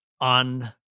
on